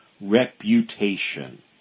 reputation